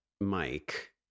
Mike